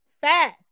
fast